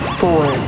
four